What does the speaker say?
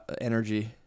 energy